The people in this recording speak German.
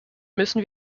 müssen